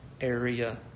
area